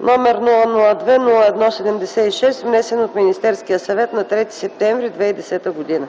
№ 002-01-76, внесен от Министерския съвет на 3 септември 2010 г.